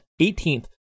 18th